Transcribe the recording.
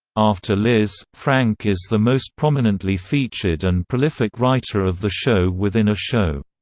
after liz, frank is the most prominently-featured and prolific writer of the show-within-a-show.